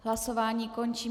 Hlasování končím.